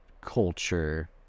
culture